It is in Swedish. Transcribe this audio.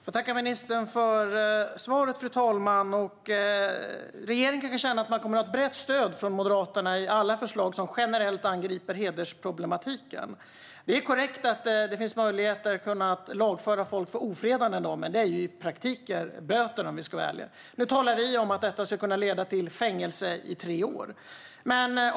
Fru talman! Jag får tacka ministern för svaret. Regeringen kommer att ha ett brett stöd från Moderaterna för alla förslag som generellt angriper hedersproblematiken. Det är korrekt att det finns möjlighet att lagföra folk för ofredande i dag. Men om vi ska vara ärliga handlar det i praktiken om böter. Nu talar vi om att det ska kunna leda till fängelse i tre år.